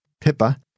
Pippa